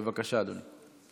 בבקשה, אדוני.